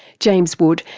james wood,